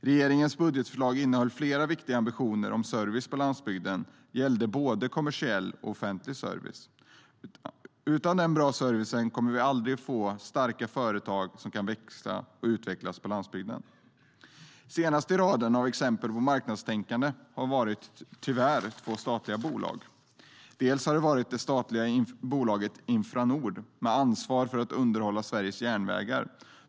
Regeringens budgetförslag innehöll också flera viktiga ambitioner om service på landsbygden, och det gäller både kommersiell och offentlig service. Utan bra service kommer vi aldrig att kunna få starka företag som kan växa och utvecklas på landsbygden. Senast i raden av exempel på marknadstänkande har tyvärr varit två statliga bolag. Dels har det gällt det statliga bolaget Infranord, som har ansvaret att underhålla Sveriges järnvägar.